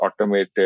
automated